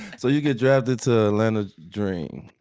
so you get drafted to atlanta dream.